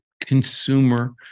consumer